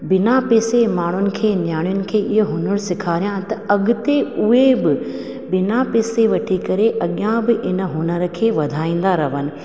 बिना पैसे माण्हुनि खे नियाणियुनि खे इहो हुनर सेखारिया त अॻिते उहे बि बिना पैसे वठी करे अॻियां बि इन हुनर खे वधाईंदा रहनि